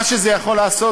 מה שזה יכול לעשות,